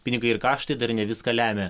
pinigai ir kaštai dar ne viską lemia